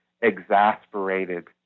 exasperated